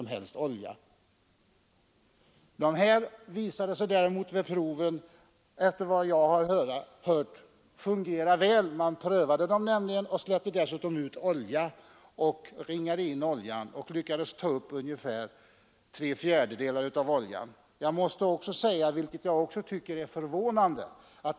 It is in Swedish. De här länsorna visade sig däremot vid proven fungera väl, efter vad jag har hört. Man släppte ut olja, och man lyckades ringa in och ta upp ungefär tre fjärdedelar av den. Jag måste också påpeka en annan sak, som jag tycker är förvånande.